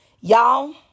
Y'all